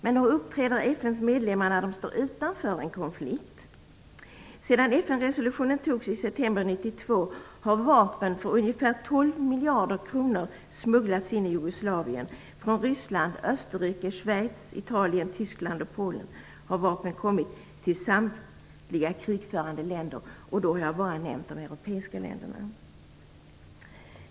Men hur uppträder FN:s medlemmar när de står utanför en konflikt? Sedan FN-resolutionen antogs i september 1992 har vapen för ungefär 12 miljarder kronor smugglats in i Jugoslavien. Från Ryssland, Österrike, Schweiz, Italien, Tyskland och Polen har vapen kommit till samtliga krigförande länder, och då har jag bara nämnt de europeiska länderna.